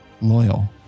Loyal